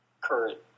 current